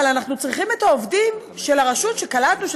אבל אנחנו צריכים את העובדים של הרשות שקלטנו,